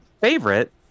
favorite